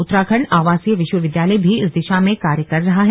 उत्तराखंड आवासीय विश्वविद्यालय भी इस दिशा में कार्य कर रहा है